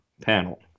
panel